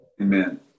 Amen